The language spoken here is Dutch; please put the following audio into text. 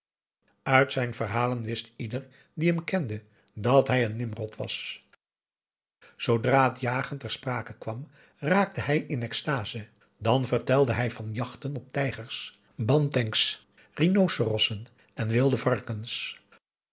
uit zijn verhalen wist ieder die hem kende dat hij een nimrod was zoodra het jagen ter sprake kwam raakte hij in extase dan vertelde hij van jachten op tijgers bantengs rhinocerossen en wilde varkens